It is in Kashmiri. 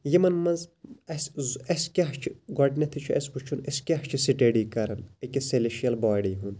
یِمَن مَنٛز اَسہِ کیاہ چھُ گۄڈٕنیٚتھٕے چھُ اَسہِ وُچھُن أسۍ کیاہ چھِ سٹیڈی کَران أکِس سیٚلِشل باڈی ہُنٛد